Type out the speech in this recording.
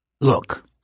Look